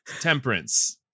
temperance